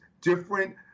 different